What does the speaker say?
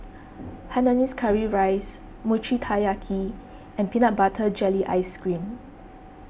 Hainanese Curry Rice Mochi Taiyaki and Peanut Butter Jelly Ice Cream